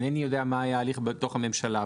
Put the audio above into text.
אינני יודע מה היה ההליך בתוך הממשלה,